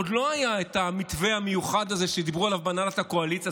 עוד לא היה המתווה המיוחד הזה שדיברו עליו בהנהלת הקואליציה,